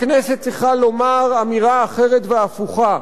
הכנסת צריכה לומר אמירה אחרת והפוכה,